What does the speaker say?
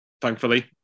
thankfully